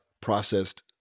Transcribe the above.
processed